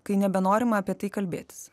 kai nebenorima apie tai kalbėtis